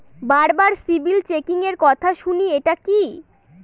বারবার সিবিল চেকিংএর কথা শুনি এটা কি?